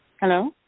Hello